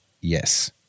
yes